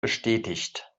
bestätigt